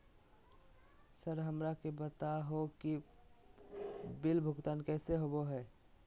Sir हमरा के बता हो कि बिल भुगतान कैसे होबो है?